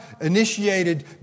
initiated